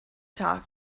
talk